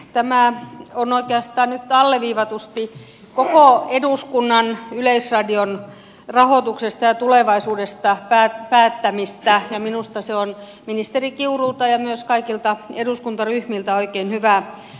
tämä on oikeastaan nyt alleviivatusti koko eduskunnan yleisradion rahoituksesta ja tulevaisuudesta päättämistä ja minusta se on ministeri kiurulta ja myös kaikilta eduskuntaryhmiltä oikein hyvä lähtökohta